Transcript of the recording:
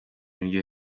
niryo